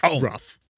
rough